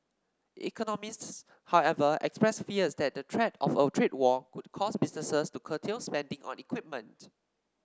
economists however expressed fears that the threat of a trade war could cause businesses to curtail spending on equipment